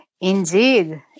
Indeed